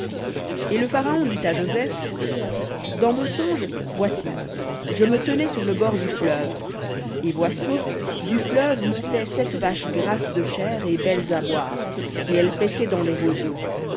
et le pharaon dit à joseph dans mon songe voici je me tenais sur le bord du fleuve et voici du fleuve montaient sept vaches grasses de chair et belles à voir et elles paissaient dans les roseaux